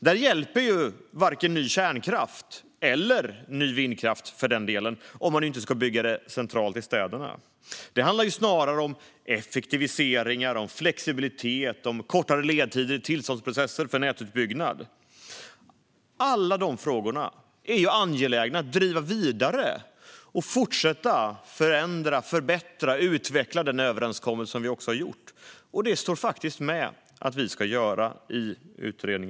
Där hjälper varken ny kärnkraft eller ny vindkraft, om man inte ska bygga centralt i städerna. Det handlar snarare om effektiviseringar, flexibilitet och kortare ledtider i tillståndsprocesser för nätutbyggnad. Alla de frågorna är angelägna att driva vidare och fortsätta att förändra, förbättra och utveckla i överenskommelsen. Det står i utredningen att vi ska göra detta.